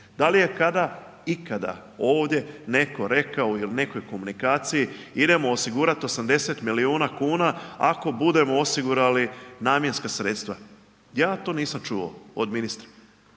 Da li je kada, ikada ovdje netko rekao ili u nekoj komunikaciji idemo osigurati 80 milijuna kuna ako budemo osigurali namjenska sredstva, ja to nisam čuo od ministra.